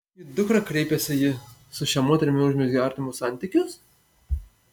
į dukrą kreipėsi ji su šia moterimi užmezgei artimus santykius